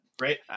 right